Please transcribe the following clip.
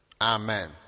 amen